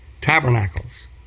Tabernacles